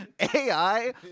AI